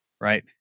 Right